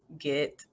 get